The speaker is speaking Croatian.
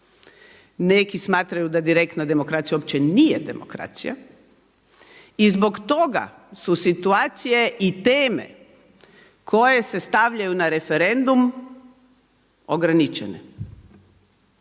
neki smatraju da direktna demokracija uopće nije demokracija. I zbog toga su situacije i teme koje se stavljaju na referendum ograničene.